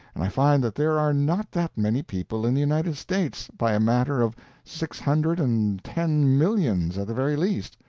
and i find that there are not that many people in the united states, by a matter of six hundred and ten millions at the very least.